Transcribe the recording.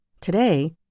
Today